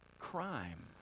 crime